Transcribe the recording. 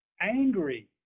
angry